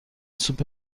سوپ